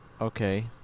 Okay